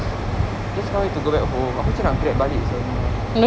just can't wait to go back home aku macam nak grab balik sia rumah